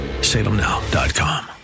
salemnow.com